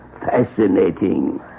Fascinating